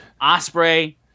Osprey